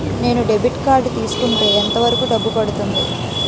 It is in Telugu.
నేను డెబిట్ కార్డ్ తీసుకుంటే ఎంత వరకు డబ్బు పడుతుంది?